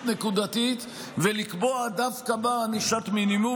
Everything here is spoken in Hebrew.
נקודתית ולקבוע דווקא בה ענישת מינימום.